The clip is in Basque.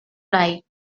nahi